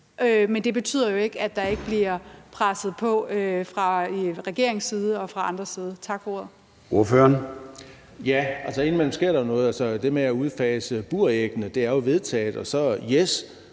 Men det betyder jo ikke, at der ikke bliver presset på fra regeringens side og fra andres side. Tak for ordet.